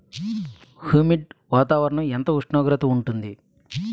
Humid వాతావరణం ఎంత ఉష్ణోగ్రత ఉంటుంది?